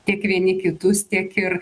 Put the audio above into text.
tiek vieni kitus tiek ir